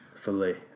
Filet